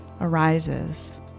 arises